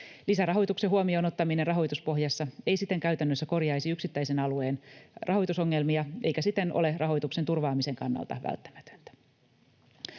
Lisärahoituksen huomioon ottaminen rahoituspohjassa ei siten käytännössä korjaisi yksittäisen alueen rahoitusongelmia, eikä siten ole rahoituksen turvaamisen kannalta välttämätöntä.